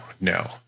no